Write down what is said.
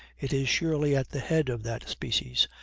it is surely at the head of that species,